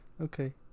okay